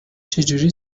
چجوری